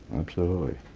absolutely,